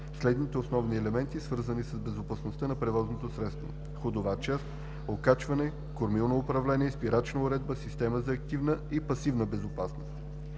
следните основни елементи, свързани с безопасността на превозното средство; ходова част, окачване, кормилно управление и спирачна уредба, система за активна и пасивна безопасност;